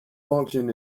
function